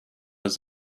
was